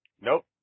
Nope